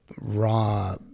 raw